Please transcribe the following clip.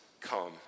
come